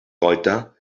ceuta